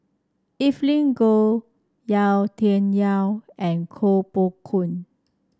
Evelyn Goh Yau Tian Yau and Koh Poh Koon